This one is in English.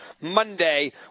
Monday